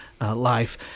life